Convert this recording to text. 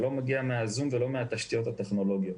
זה לא מגיע מה-זום ולא מהתשתיות הטכנולוגיות.